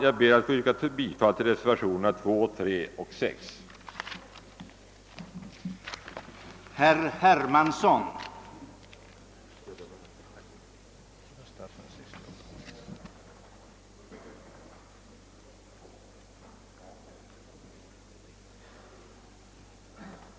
Jag ber att få yrka bifall till reservationerna 2, 3 och 6 i statsutskottets utlåtande nr 168.